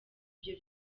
ibyo